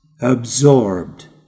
absorbed